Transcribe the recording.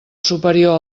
superior